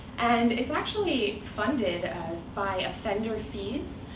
and it's actually funded by offender fees.